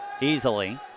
easily